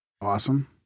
Awesome